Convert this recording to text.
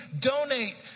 Donate